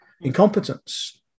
incompetence